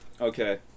Okay